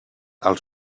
als